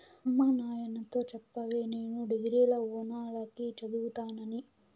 అమ్మ నాయనతో చెప్పవే నేను డిగ్రీల ఓనాల కి చదువుతానని